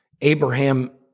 Abraham